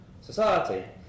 society